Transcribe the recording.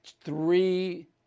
three